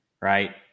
Right